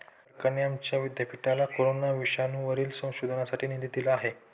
सरकारने आमच्या विद्यापीठाला कोरोना विषाणूवरील संशोधनासाठी निधी दिला आहे